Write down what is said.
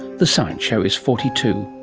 the science show is forty two